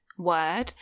Word